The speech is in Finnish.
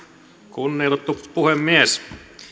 kunnioitettu puhemies